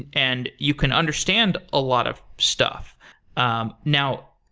and and you can understand a lot of stuff um now,